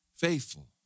faithful